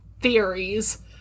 theories